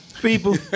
People